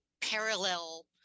parallel